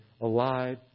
alive